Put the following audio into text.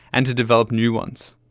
and to develop new ones.